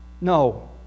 No